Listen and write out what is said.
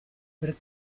per